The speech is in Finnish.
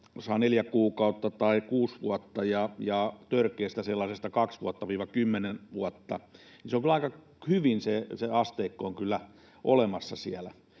saa neljä kuukautta tai kuusi vuotta ja törkeästä sellaisesta kaksi vuotta—kymmenen vuotta, niin se asteikko on kyllä aika hyvin olemassa siellä.